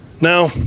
Now